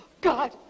God